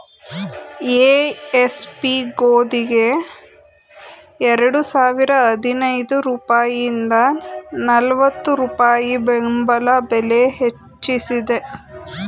MSP ಗೋದಿಗೆ ಎರಡು ಸಾವಿರದ ಹದಿನೈದು ರೂಪಾಯಿಂದ ನಲ್ವತ್ತು ರೂಪಾಯಿ ಬೆಂಬಲ ಬೆಲೆ ಹೆಚ್ಚಿಸಿದೆ